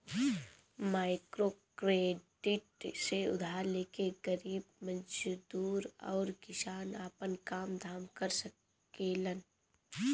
microcredit से उधार लेके गरीब मजदूर अउरी किसान आपन काम धाम कर सकेलन